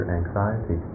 anxiety